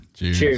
Cheers